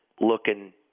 looking